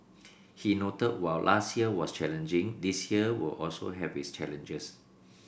he noted while last year was challenging this year will also have its challenges